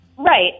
Right